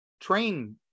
train